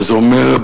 וזה אומר,